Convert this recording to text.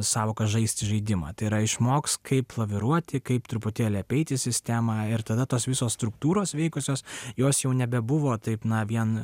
sąvoką žaisti žaidimą tai yra išmoks kaip laviruoti kaip truputėlį apeiti sistemą ir tada tos visos struktūros veikusios jos jau nebebuvo taip na vien